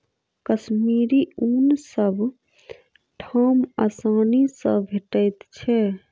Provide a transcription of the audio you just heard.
कश्मीरी ऊन सब ठाम आसानी सँ भेटैत छै